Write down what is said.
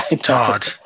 Todd